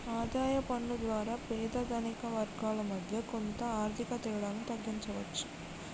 ఆదాయ పన్ను ద్వారా పేద ధనిక వర్గాల మధ్య కొంత ఆర్థిక తేడాను తగ్గించవచ్చు